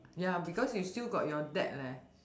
ya because you still got your deck leh